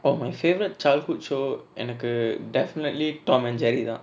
oh my favourite childhood show எனக்கு:enaku definitely tom and jerry தா:tha